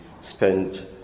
spent